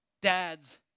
dad's